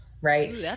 right